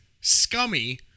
scummy